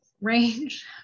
range